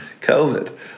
COVID